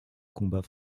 combat